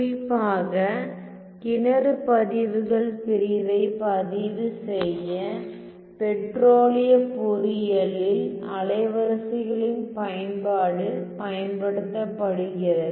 குறிப்பாக கிணறு பதிவுகள் பிரிவை பதிவு செய்ய பெட்ரோலிய பொறியியலில் அலைவரிசைகளின் பயன்பாடு பயன்படுத்தப்படுகிறது